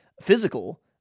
physical